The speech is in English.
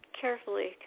carefully